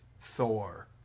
Thor